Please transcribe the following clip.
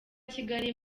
kigali